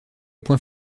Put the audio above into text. point